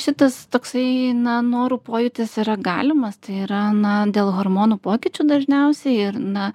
šitas toksai na norų pojūtis yra galimas tai yra na dėl hormonų pokyčių dažniausiai ir na